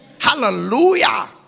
Hallelujah